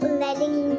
letting